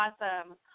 awesome